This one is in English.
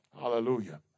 Hallelujah